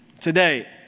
Today